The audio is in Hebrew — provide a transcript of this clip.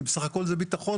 כי בסך הכל זה ביטחון,